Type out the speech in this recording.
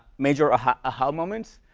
major a-ha a-ha moments.